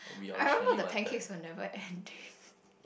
I remember the pancakes were never ending